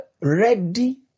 ready